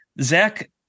Zach